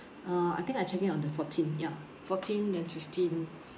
uh I think I check in on the fourteen ya fourteen then fifteen